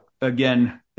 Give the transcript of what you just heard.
again